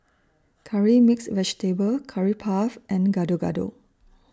Curry Mixed Vegetable Curry Puff and Gado Gado